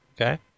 Okay